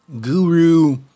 guru